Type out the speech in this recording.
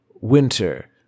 Winter